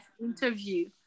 interview